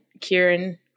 Kieran